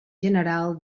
general